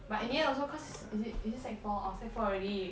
but in the end also cause is it is it sec four orh sec four already